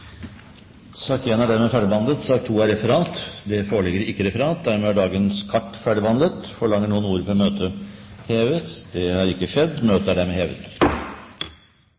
Sak nr. 1 er dermed ferdigbehandlet. Det foreligger ikke noe referat. Dermed er dagens kart ferdigbehandlet. Forlanger noen ordet før møtet heves? – Møtet er hevet.